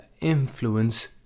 influence